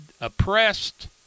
oppressed